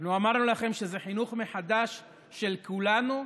אנחנו אמרנו לכם שזה חינוך מחדש של כולנו,